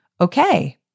okay